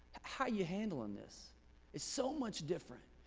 how you're handling this is so much different.